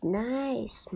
nice